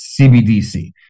CBDC